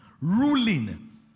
ruling